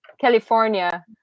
California